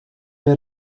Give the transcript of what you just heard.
had